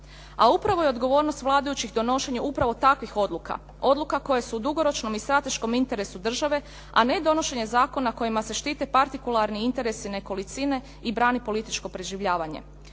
A upravo je odgovornost vladajućih donošenje upravo takvih odluka, odluka koje su u dugoročnom i strateškom interesu države a ne donošenje zakona kojima se štite partikularni interesi nekolicine i brani političko preživljavanje.